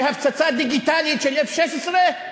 בהפצצה דיגיטלית של 16F-,